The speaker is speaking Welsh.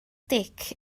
dic